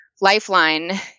Lifeline